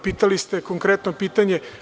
Pitali ste konkretno pitanje.